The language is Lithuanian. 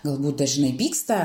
galbūt dažnai pyksta